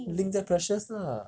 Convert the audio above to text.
link 在 precious lah